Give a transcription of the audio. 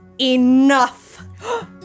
Enough